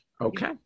Okay